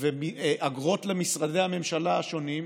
ואגרות למשרדי הממשלה השונים,